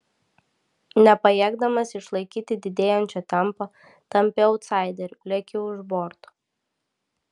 nepajėgdamas išlaikyti didėjančio tempo tampi autsaideriu lieki už borto